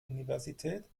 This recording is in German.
universität